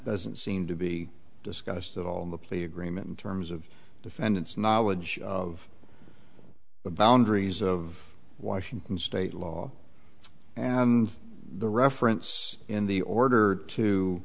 doesn't seem to be discussed at all in the plea agreement in terms of defendant's knowledge of the boundaries of washington state law and the reference in the order to